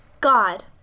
God